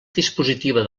dispositiva